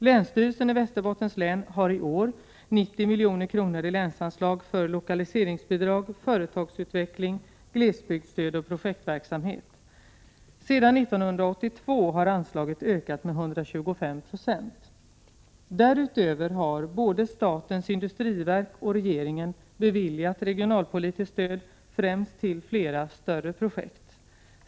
Länsstyrelsen i Västerbottens län har i år 90 milj.kr. i länsanslag för lokaliseringsbidrag, företagsutveckling, glesbygdsstöd och projektverksamhet. Sedan 1982 har anslaget ökat med 125 20. Därutöver har både statens industriverk och regeringen beviljat regionalpolitiskt stöd främst till flera större projekt.